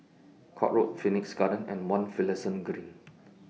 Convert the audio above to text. Court Road Phoenix Garden and one Finlayson Green